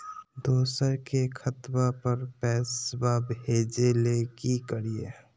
दोसर के खतवा पर पैसवा भेजे ले कि करिए?